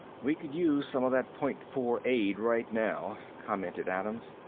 we could use some of that point four aid right now, commented adams.